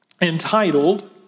entitled